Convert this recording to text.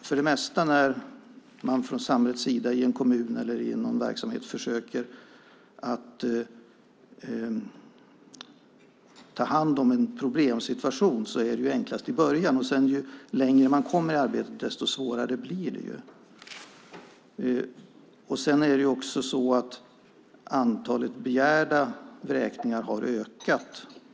För det mesta när man från samhällets sida i en kommun eller i någon verksamhet försöker ta hand om en problemsituation är det ju enklast i början, och ju längre man kommer i arbetet desto svårare blir det. Antalet begärda vräkningar har också ökat.